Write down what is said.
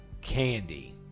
Candy